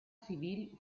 civil